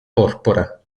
porpora